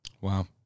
Wow